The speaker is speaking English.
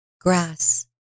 grass